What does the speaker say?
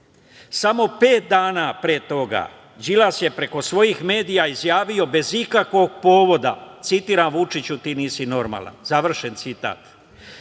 Samo pet dana pre toga, Đilas je preko svojih medija izjavio bez ikakvog povoda, citiram – Vučiću, ti nisi normalan, završen citat. Dakle,